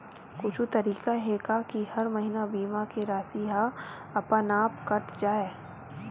कुछु तरीका हे का कि हर महीना बीमा के राशि हा अपन आप कत जाय?